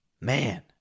Man